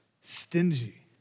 stingy